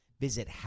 Visit